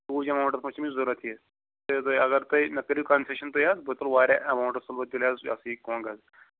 ہوٗج amounts منٛز چھُ مےٚ ضروٗرت یہِ اِسلیے اگر تُہۍ مےٚ کٔرِو کَنسیشَن تُہۍ حظ بہٕ تُلہٕ واریاہ ایماوُنٛٹس منٛز تیٚلہِ حظ یا ہسا یہِ کۄنٛگ حظ